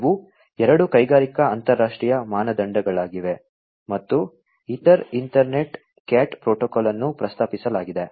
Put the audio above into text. ಇವು ಎರಡು ಕೈಗಾರಿಕಾ ಅಂತರರಾಷ್ಟ್ರೀಯ ಮಾನದಂಡಗಳಾಗಿವೆ ಮತ್ತು ಈಥರ್ ಈಥರ್ನೆಟ್ CAT ಪ್ರೋಟೋಕಾಲ್ ಅನ್ನು ಪ್ರಸ್ತಾಪಿಸಲಾಗಿದೆ